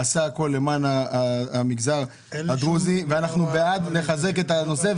הוא עשה הכול למען המגזר הדרוזי ואנחנו בעד לחזק את הנושא.